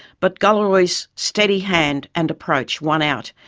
but galarrwuy's steady hand and approach won out,